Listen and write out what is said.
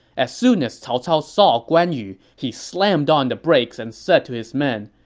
as soon as cao cao saw guan yu, he slammed on the brakes and said to his men,